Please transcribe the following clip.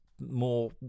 more